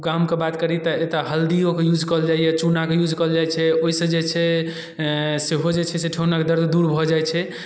गामके बात करी तऽ एतय हल्दिओके यूज कयल जाइए चूनाके यूज कयल जाइ छै ओहिसँ जे छै सेहो जे छै से ठेहुनक दर्द दूर भऽ जाइ छै